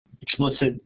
explicit